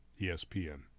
ESPN